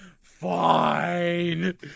Fine